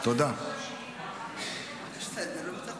תודה רבה, אדוני היושב-ראש.